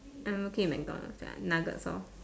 I'm okay with MacDonald's ya nuggets loh